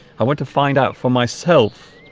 i went to find out for myself